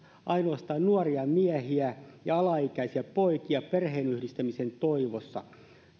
ainoastaan nuoria miehiä ja alaikäisiä poikia perheenyhdistämisen toivossa